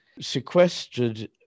sequestered